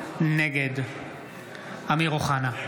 נגד אמיר אוחנה,